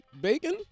bacon